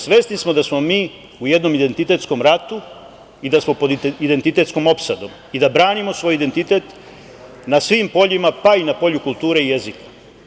Svesni smo da smo mi u jednom identitetskom ratu i da smo pod identitetskom opsadom, da branimo svoj identitet na svim poljima, pa i na polju kulture i jezika.